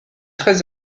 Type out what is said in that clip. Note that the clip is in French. très